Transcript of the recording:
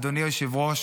אדוני היושב-ראש,